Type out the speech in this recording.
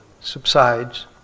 subsides